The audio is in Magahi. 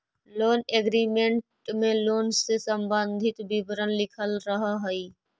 लोन एग्रीमेंट में लोन से संबंधित विवरण लिखल रहऽ हई